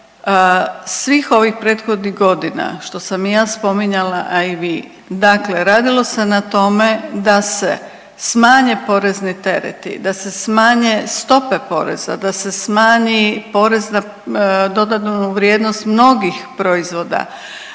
svih ovih prethodnih godina što sam i ja spominjala, a i vi, dakle radilo se na tome da se smanje porezni tereti, da se smanje stope poreza, da se smanji porez na dodanu vrijednost mnogih proizvoda,